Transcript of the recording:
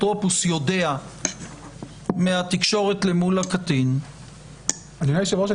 שהאפוטרופוס יודע מהתקשורת מול הקטין --- אדוני היושב-ראש,